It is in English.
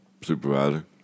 Supervisor